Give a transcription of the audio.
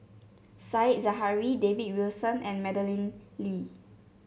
Said Zahari David Wilson and Madeleine Lee